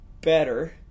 better